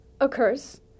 occurs